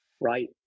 right